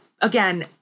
again